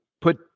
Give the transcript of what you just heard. put